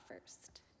first